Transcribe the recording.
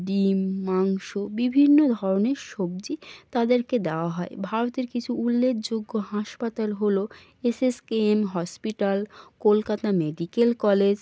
ডিম মাংস বিভিন্ন ধরনের সবজি তাদেরকে দেওয়া হয় ভারতের কিছু উল্লেখযোগ্য হাসপাতাল হলো S S K M hospital Kolkata medical college